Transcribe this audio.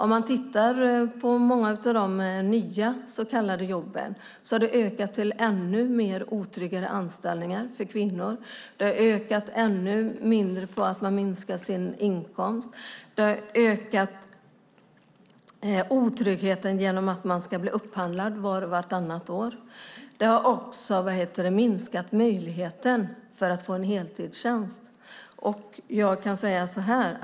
Om man tittar på många av de så kallade nya jobben har det ökat till ännu mer otrygga anställningar för kvinnor. Man har minskat sin inkomst ännu mer. Otryggheten har ökat genom att man ska bli upphandlad vart och vartannat år. Det har minskat möjligheten att få en heltidstjänst.